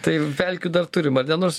tai pelkių dar turim ar ne nors